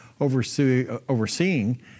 overseeing